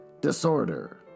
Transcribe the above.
disorder